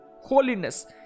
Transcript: Holiness